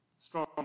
Strong